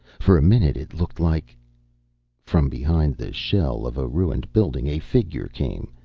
for a minute it looked like from behind the shell of a ruined building a figure came,